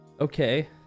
Okay